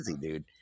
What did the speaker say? dude